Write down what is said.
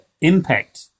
impact